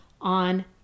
on